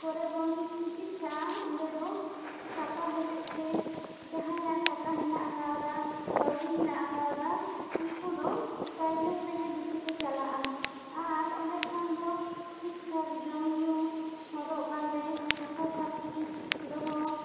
ᱠᱚᱨᱮ ᱵᱚᱱ ᱪᱤᱠᱤᱛᱥᱟᱜᱼᱟ ᱚᱸᱰᱮ ᱫᱚ ᱴᱟᱠᱟ ᱦᱚᱛᱮᱛᱮ ᱡᱟᱦᱟᱸᱭᱟᱜ ᱴᱟᱠᱟ ᱦᱮᱱᱟᱜ ᱟᱠᱟᱫᱟ ᱠᱟᱹᱣᱰᱤ ᱦᱮᱱᱟᱜ ᱟᱠᱟᱣᱫᱟ ᱩᱱᱠᱩ ᱫᱚ ᱯᱨᱟᱭᱵᱷᱮᱴ ᱨᱮᱜᱤ ᱵᱮᱥᱤ ᱠᱚ ᱪᱟᱞᱟᱜᱼᱟ ᱟᱨ ᱚᱸᱰᱮ ᱠᱷᱟᱱ ᱫᱚ ᱴᱷᱤᱠ ᱴᱷᱟᱠ ᱡᱚᱢ ᱧᱩ ᱦᱚᱨᱚᱜ ᱵᱟᱸᱫᱮ ᱥᱟᱯᱷᱟ ᱥᱟᱹᱯᱷᱤ ᱫᱚᱦᱚ